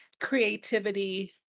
creativity